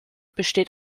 besteht